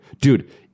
dude